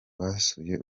basuye